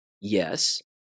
Yes